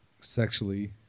sexually